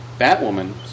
Batwoman